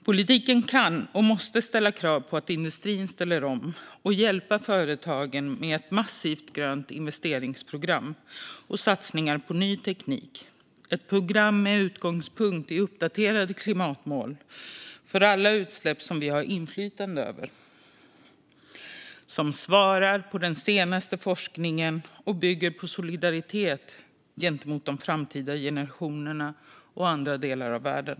Politiken kan och måste ställa krav på att industrin ställer om och hjälpa företagen med ett massivt grönt investeringsprogram och satsningar på ny teknik - ett program med utgångspunkt i uppdaterade klimatmål för alla utsläpp som vi har inflytande över, som svarar mot den senaste forskningen och bygger på solidaritet gentemot framtida generationer och andra delar av världen.